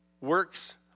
works